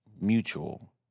mutual